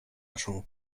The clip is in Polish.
naszą